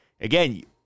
again